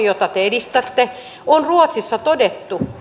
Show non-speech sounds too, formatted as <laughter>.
<unintelligible> jota te edistätte on ruotsissa todettu